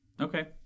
Okay